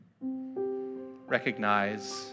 Recognize